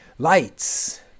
Lights